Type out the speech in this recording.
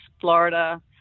Florida